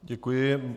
Děkuji.